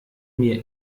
mir